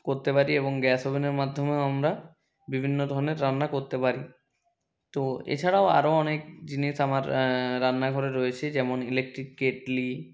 করতে পারি এবং গ্যাস ওভেনের মাধমেও আমরা বিভিন্ন ধরনের রান্না করতে পারি তো এছাড়াও আরো অনেক জিনিস আমার রান্নাঘরে রয়েছে যেমন ইলেক্ট্রিক কেটলি